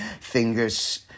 fingers